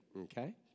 Okay